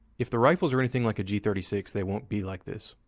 if the rifles are anything like a g three six, they won't be like this.